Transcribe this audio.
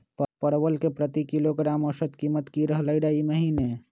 परवल के प्रति किलोग्राम औसत कीमत की रहलई र ई महीने?